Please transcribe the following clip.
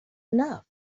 enough